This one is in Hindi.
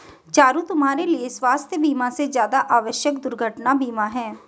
चारु, तुम्हारे लिए स्वास्थ बीमा से ज्यादा आवश्यक दुर्घटना बीमा है